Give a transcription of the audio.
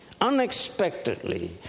Unexpectedly